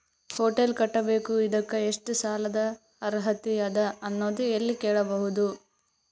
Hotel ಕಟ್ಟಬೇಕು ಇದಕ್ಕ ಎಷ್ಟ ಸಾಲಾದ ಅರ್ಹತಿ ಅದ ಅನ್ನೋದು ಎಲ್ಲಿ ಕೇಳಬಹುದು?